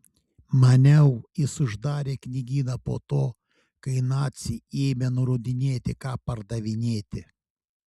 maniau jis uždarė knygyną po to kai naciai ėmė nurodinėti ką pardavinėti